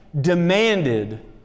demanded